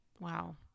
Wow